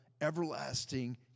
everlasting